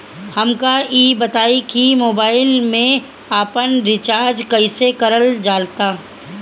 हमका ई बताई कि मोबाईल में आपन रिचार्ज कईसे करल जाला?